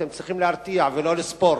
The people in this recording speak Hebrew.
אתם צריכים להרתיע, ולא לספור